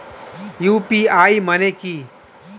UPI মানে কি?